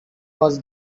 was